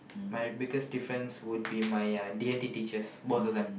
my biggest difference would be my uh D-and-T teachers both of them